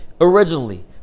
originally